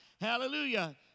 Hallelujah